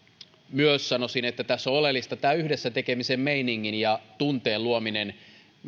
myös sanoisin että tässä on oleellista tämä yhdessä tekemisen meininki ja tunteen luominen